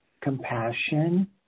compassion